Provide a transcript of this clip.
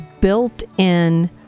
built-in